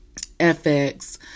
FX